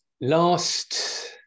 Last